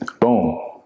boom